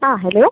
ആ ഹലോ